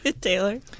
Taylor